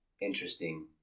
interesting